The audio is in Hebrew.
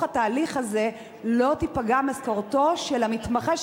התהליך הזה לא תיפגע משכורתו של המתמחה,